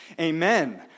amen